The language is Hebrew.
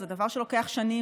זה דבר שלוקח שנים,